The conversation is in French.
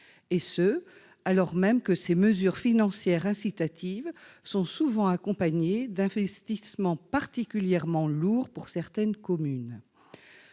et ce alors même que ces mesures financières incitatives sont souvent accompagnées d'investissements particulièrement lourds pour certaines communes.